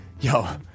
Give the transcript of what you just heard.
yo